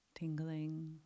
Tingling